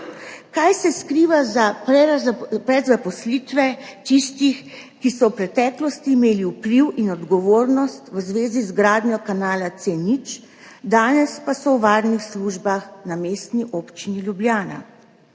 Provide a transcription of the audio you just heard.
Kaj se skriva za prezaposlitvami tistih, ki so v imeli preteklosti vpliv in odgovornost v zvezi z gradnjo kanala C0, danes pa so v varnih službah na Mestni občini Ljubljana?